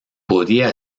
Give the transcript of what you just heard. podía